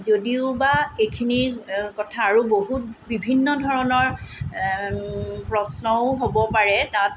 যদিও বা এইখিনি কথা আৰু বহুত বিভিন্ন ধৰণৰ প্ৰশ্নও হ'ব পাৰে তাত